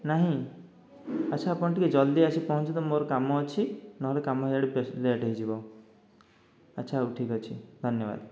ନାହିଁ ଆଚ୍ଛା ଆପଣ ଟିକେ ଜଲ୍ଦି ଆସିକି ପହଁଞ୍ଚନ୍ତୁ ମୋର କାମ ଅଛି ନହେଲେ କାମ ଇଆଡ଼େ ବେଶୀ ଲେଟ୍ ହେଇଯିବ ଆଚ୍ଛା ହଉ ଠିକ୍ ଅଛି ଧନ୍ୟବାଦ୍